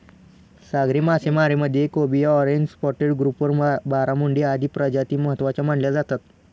सागरी मासेमारीमध्ये cobia, orange spotted grouper, barramundi आदी प्रजाती महत्त्वाच्या मानल्या जातात